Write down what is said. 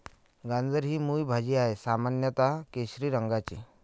गाजर ही मूळ भाजी आहे, सामान्यत केशरी रंगाची